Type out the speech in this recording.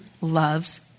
loves